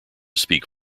speak